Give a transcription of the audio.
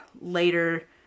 later